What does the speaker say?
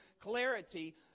clarity